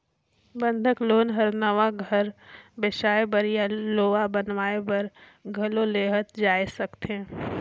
बंधक लोन हर नवा घर बेसाए बर या ओला बनावाये बर घलो लेहल जाय सकथे